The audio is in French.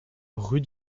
rue